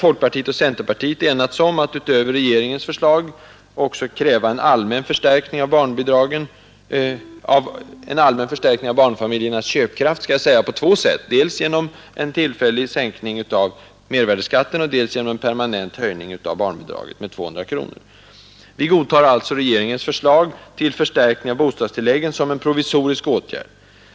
Folkpartiet och centerpartiet har enats om att utöver regeringens förslag kräva en allmän förstärkning av barnfamiljernas köpkraft på två sätt — dels genom en tillfällig sänkning av mervärdeskatten, dels genom permanent höjning av barnbidraget med 200 kronor. Vi godtar alltså regeringens förslag till förstärkning av bostadstilläggen som en provisorisk åtgärd.